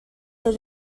were